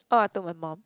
oh I told my mum